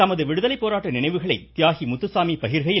தமது விடுதலை போராட்ட நினைவுகளை தியாகி முத்துசாமி பகிர்கையில்